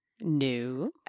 No